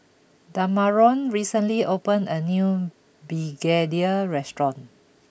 Damarion recently opened a new Begedil restaurant